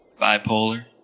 Bipolar